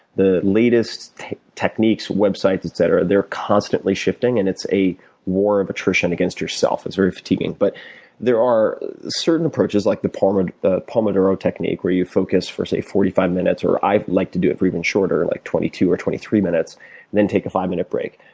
the latest techniques, websites, etc, they're constantly shifting and it's a war of attrition against yourself. it's very fatiguing. but there are certain approaches, like the pomodoro technique, where you focus for, say, forty five minutes, i like to do it for even shorter, like twenty two or twenty three minutes, and then take a five minute break.